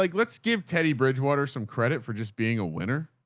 like let's give teddy bridgewater some credit for just being a winner.